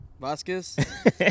Vasquez